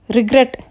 Regret